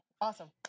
Awesome